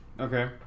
Okay